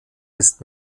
ist